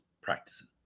practicing